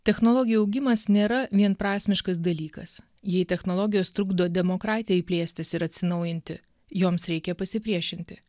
technologijų augimas nėra vienprasmiškas dalykas jei technologijos trukdo demokratijai plėstis ir atsinaujinti joms reikia pasipriešinti